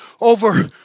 over